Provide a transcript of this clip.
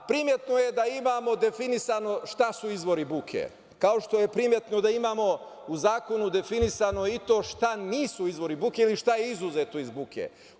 Primetno je da imamo definisano šta su izbori buke, kao što imamo u zakonu definisano i to šta nisu izvori buke, šta je izuzeto iz buke.